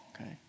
okay